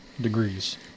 degrees